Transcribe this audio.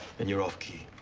and you're off-key.